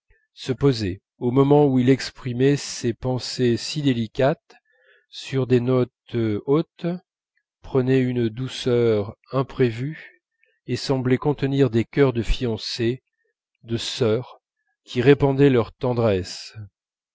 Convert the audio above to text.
se posait au moment où il exprimait ces pensées si délicates sur des notes hautes prenait une douceur imprévue et semblait contenir des chœurs de fiancées de sœurs qui répandaient leur tendresse